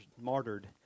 martyred